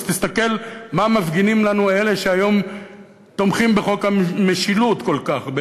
אז תסתכל מה מפגינים לנו אלה שהיום תומכים בחוק המשילות כל כך,